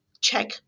check